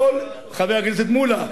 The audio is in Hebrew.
חבר הכנסת מולה,